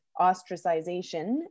ostracization